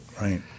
Right